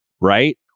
right